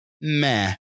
meh